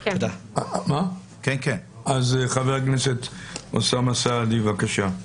חבר הכנסת אוסאמה סעדי, בבקשה.